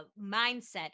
mindset